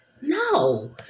no